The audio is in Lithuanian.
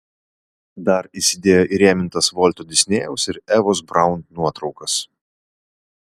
dar įsidėjo įrėmintas volto disnėjaus ir evos braun nuotraukas